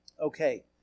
Okay